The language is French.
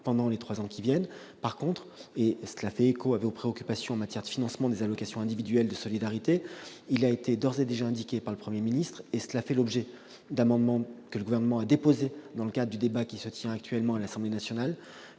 pendant les trois ans qui viennent. En revanche, et cela fait écho à vos préoccupations en matière de financement des allocations individuelles de solidarité, les AIS, il a été d'ores et déjà indiqué par le Premier ministre- le Gouvernement a d'ailleurs déposé des amendements sur ce point dans le cadre du débat qui se tient actuellement à l'Assemblée nationale